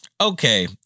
Okay